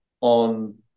on